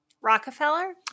Rockefeller